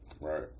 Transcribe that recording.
right